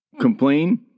complain